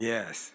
Yes